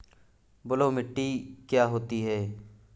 बलुइ मिट्टी क्या होती हैं?